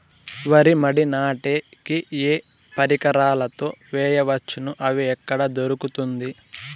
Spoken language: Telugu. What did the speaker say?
వరి మడి నాటే కి ఏ పరికరాలు తో వేయవచ్చును అవి ఎక్కడ దొరుకుతుంది?